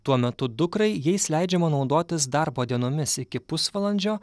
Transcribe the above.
tuo metu dukrai jais leidžiama naudotis darbo dienomis iki pusvalandžio